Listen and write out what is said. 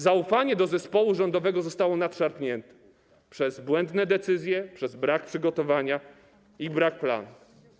Zaufanie do zespołu rządowego zostało nadszarpnięte przez błędne decyzje, przez brak przygotowania i brak planu.